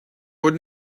would